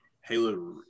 Halo